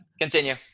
Continue